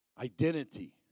identity